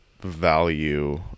value